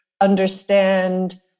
understand